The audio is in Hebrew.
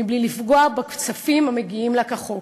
מבלי לפגוע בכספים המגיעים להן כחוק.